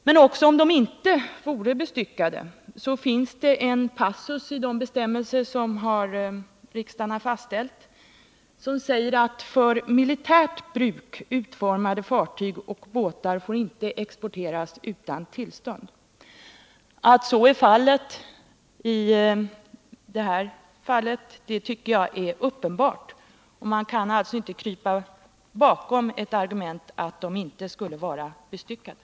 Det finns emellertid en passus i de bestämmelser som riksdagen har fastställt som säger att för militärt bruk utformade fartyg och båtar inte får exporteras utan tillstånd. Att det här är fråga om sådana båtar tycker jag är uppenbart. Man kan alltså inte krypa bakom argumentet att de inte skulle vara bestyckade.